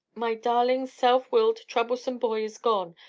my darling, self-willed, troublesome boy is gone,